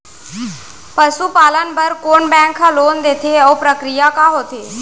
पसु पालन बर कोन बैंक ह लोन देथे अऊ प्रक्रिया का होथे?